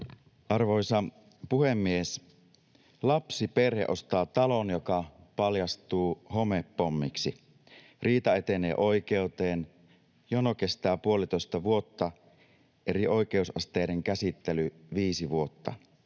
Arvoisa puhemies! Lapsiperhe ostaa talon, joka paljastuu homepommiksi. Riita etenee oikeuteen. Jono kestää puolitoista vuotta, eri oikeusasteiden käsittely viisi vuotta.